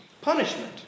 Punishment